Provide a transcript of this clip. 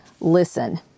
listen